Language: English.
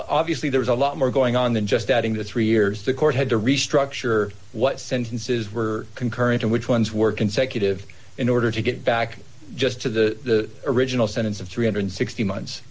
obviously there's a lot more going on than just adding the three years the court had to restructure what sentences were concurrent and which ones were consecutive in order to get back just to the original sentence of three hundred and sixty months